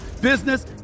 business